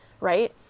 right